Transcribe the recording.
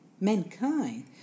mankind